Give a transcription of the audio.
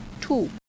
two